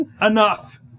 Enough